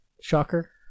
Shocker